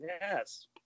yes